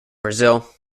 brazil